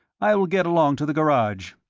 i will get along to the garage.